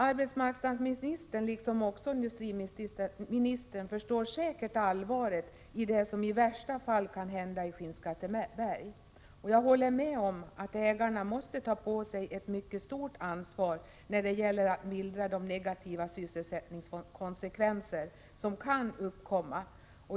Arbetsmarknadsministern, liksom också industriministern, förstår säkert allvaret i det som i värsta fall kan hända i Skinnskatteberg. Jag håller med om att ägarna måste ta på sig ett mycket stort ansvar för att mildra de negativa sysselsättningskonsekvenser som kan uppkomma.